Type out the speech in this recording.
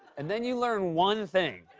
and then you learn one thing,